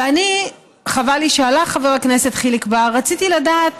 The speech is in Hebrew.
ואני, חבל לי שהלך חבר הכנסת חיליק בר, רציתי לדעת